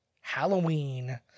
Halloween